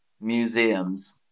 museums